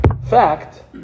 fact